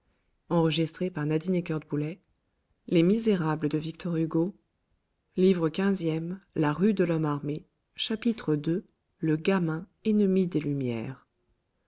distances livre quinzième la rue de lhomme armé chapitre i buvard bavard chapitre ii le gamin ennemi des lumières